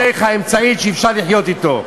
שזו הדרך האמצעית שאפשר לחיות אתה.